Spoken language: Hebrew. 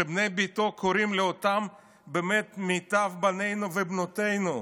שבני ביתו קוראים לאותם מיטב בנינו ובנותינו,